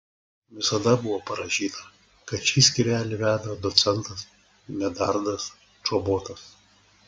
visada buvo parašyta kad šį skyrelį veda docentas medardas čobotas